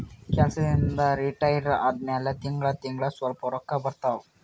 ಕೆಲ್ಸದಿಂದ್ retire ಆದಮ್ಯಾಲ ತಿಂಗಳಾ ತಿಂಗಳಾ ಸ್ವಲ್ಪ ರೊಕ್ಕಾ ಬರ್ತಾವ